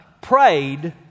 prayed